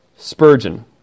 Spurgeon